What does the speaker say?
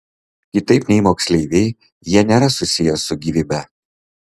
kitaip nei moksleiviai jie nėra susiję su gyvybe